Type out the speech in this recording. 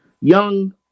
young